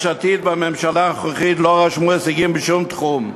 יש עתיד והממשלה הנוכחית לא רשמו הישגים בשום תחום.